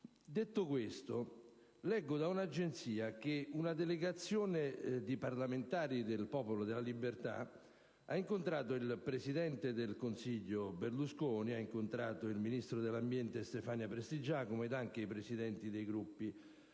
Detto questo, leggo da un'agenzia che una delegazione di parlamentari del Popolo della libertà ha incontrato il presidente del Consiglio Berlusconi, il ministro dell'ambiente Stefania Prestigiacomo e i Presidenti dei Gruppi